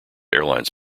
airlines